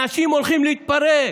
אנשים הולכים להתפרק,